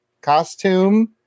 costume